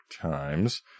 Times